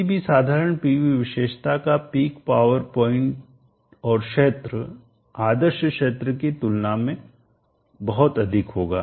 किसी भी साधारण PV विशेषता का पीक पावर पॉइंट और क्षेत्र आदर्श क्षेत्र की तुलना में बहुत अधिक होगा